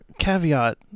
caveat